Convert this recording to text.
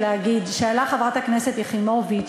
ולהגיד: שאלה חברת הכנסת יחימוביץ